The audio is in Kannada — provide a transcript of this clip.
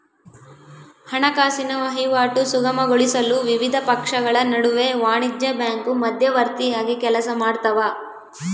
ಹಣಕಾಸಿನ ವಹಿವಾಟು ಸುಗಮಗೊಳಿಸಲು ವಿವಿಧ ಪಕ್ಷಗಳ ನಡುವೆ ವಾಣಿಜ್ಯ ಬ್ಯಾಂಕು ಮಧ್ಯವರ್ತಿಯಾಗಿ ಕೆಲಸಮಾಡ್ತವ